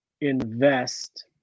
invest